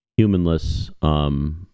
humanless